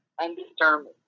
undetermined